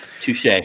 Touche